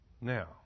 Now